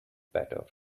better